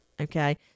Okay